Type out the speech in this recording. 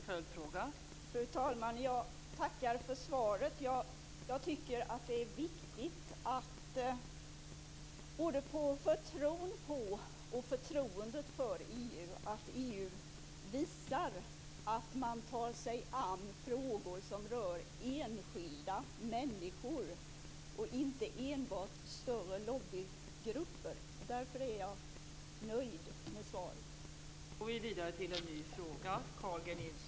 Fru talman! Jag tackar för svaret. Jag tycker att det är viktigt både för tron på och förtroendet för EU att EU visar att man tar sig an frågor som rör enskilda människor och inte enbart större lobbygrupper. Därför är jag nöjd med svaret.